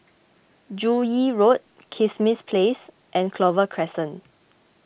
Joo Yee Road Kismis Place and Clover Crescent